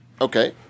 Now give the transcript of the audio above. Okay